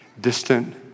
distant